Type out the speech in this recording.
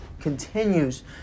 continues